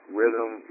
rhythm